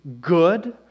good